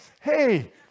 hey